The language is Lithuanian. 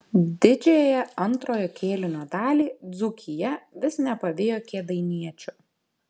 didžiąją antrojo kėlinio dalį dzūkija vis nepavijo kėdainiečių